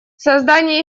создание